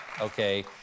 Okay